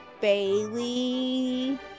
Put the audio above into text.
Bailey